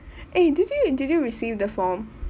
eh did you did you receive the form